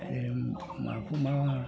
माखौ मा